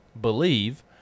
believe